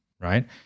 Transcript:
Right